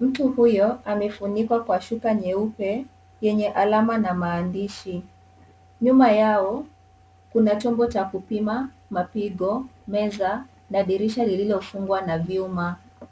mtu huyo, amefunikwa kwa shuka nyeupe, yenye alama na maandishi, nyuma yao, kuna chombo cha kupima, mapigo, meza, na dirisha lililofungwa na vyuma.